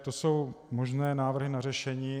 To jsou možné návrhy na řešení.